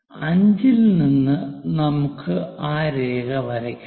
5 ൽ നിന്ന് നമുക്ക് ആ രേഖ വരയ്ക്കണം